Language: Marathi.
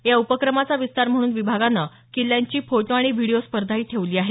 या उपक्रमाचा विस्तार म्हणून विभागाने किल्ल्यांची फोटो आणि व्हिडिओ स्पर्धाही ठेवली आहे